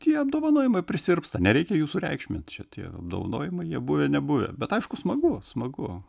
tie apdovanojimai prisirpsta nereikia jų sureikšmint čia tie apdovanojimai jie buvę nebuvę bet aišku smagu smagu